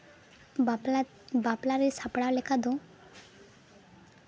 ᱵᱟᱯᱞᱟ ᱵᱟᱯᱞᱟ ᱨᱮ ᱥᱟᱯᱲᱟᱣ ᱞᱮᱠᱟ ᱫᱚ